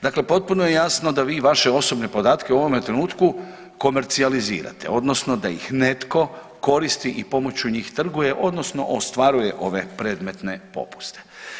Dakle, potpuno je jasno da vi vaše osobne podatke u ovome trenutku komercijalizirate, odnosno da ih netko koristi i pomoću njih trguje, odnosno ostvaruje ove predmetne popuste.